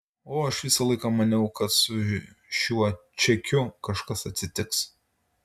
o aš visą laiką maniau kad su šiuo čekiu kažkas atsitiks